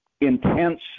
intense